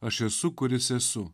aš esu kuris esu